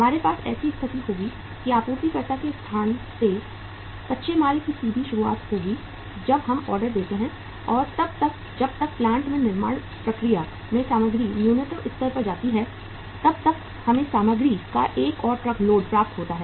हमारे पास ऐसी स्थिति होगी कि आपूर्तिकर्ता के स्थान से कच्चे माल की सीधी शुरुआत होगी जब हम ऑर्डर देते हैं और तब तक जब तक प्लांट में निर्माण प्रक्रिया में सामग्री न्यूनतम स्तर पर जाती है तब तक हमें सामग्री का एक और ट्रक लोड प्राप्त होता है